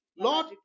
Lord